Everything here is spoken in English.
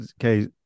okay